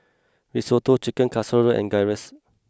Risotto Chicken Casserole and Gyros